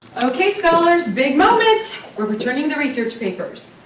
okay scholars, big moment. we're returning the research papers.